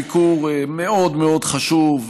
ביקור מאוד מאוד חשוב,